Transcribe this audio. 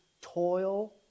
toil